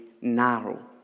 narrow